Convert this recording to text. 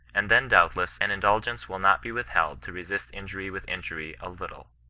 and then doubtless an indulgence will not be withheld to resist injury with injury a little,